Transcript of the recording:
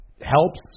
helps